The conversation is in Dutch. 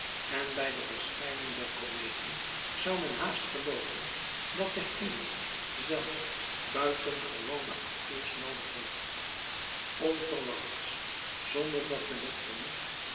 en bij de verschijning der kometen zou men haast gelooven dat de hemel zelf buitengewone acteurs noodig heeft onverwachts zonder dat men het vermoedt